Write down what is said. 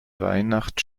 weihnacht